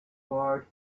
part